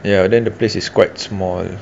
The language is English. ya and then the place is quite small